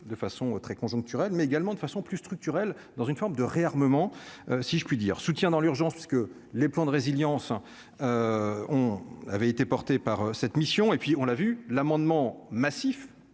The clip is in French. de façon très conjoncturelle, mais également de façon plus structurelle dans une forme de réarmement si je puis dire, soutien dans l'urgence parce que les plans de résilience, on avait été porté par cette mission, et puis on l'a vu l'amendement massif